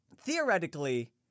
Theoretically